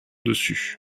dessus